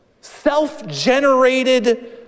self-generated